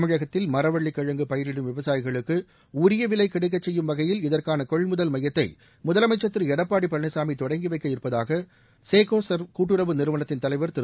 தமிழகத்தில் மரவள்ளிக்கிழங்கு பயிரிடும் விவசாயிகளுக்கு உரிய விலை கிடைக்கச் செய்யும் வகையில் இதற்கான கொள்முதல் மையத்தை முதலமைச்சர் திரு எடப்பாடி பழனிசாமி தொடங்கி வைக்க இருப்பதாக சேகோசர்வ் கூட்டுறவு நிறுவனத்தின் தலைவர் திரு